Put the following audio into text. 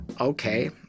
okay